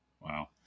Wow